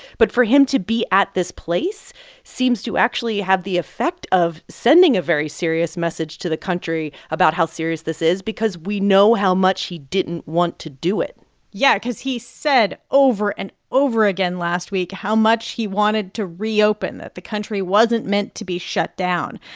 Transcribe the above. but for him to be at this place seems to actually have the effect of sending a very serious message to the country about how serious this is because we know how much he didn't want to do it yeah, cause he said over and over again last week how much he wanted to reopen, that the country wasn't meant to be shut down.